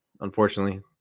unfortunately